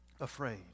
afraid